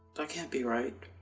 that can't be right.